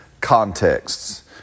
contexts